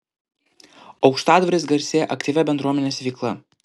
aukštadvaris garsėja aktyvia bendruomenės veikla